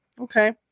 Okay